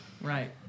Right